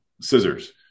scissors